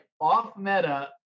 off-meta